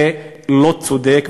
זה לא צודק.